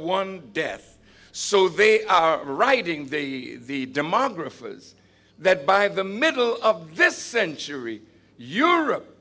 one death so they are writing the demographers that by the middle of this century europe